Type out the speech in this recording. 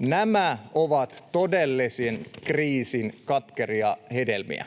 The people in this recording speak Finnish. Nämä ovat todellisen kriisin katkeria hedelmiä,